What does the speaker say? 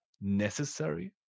necessary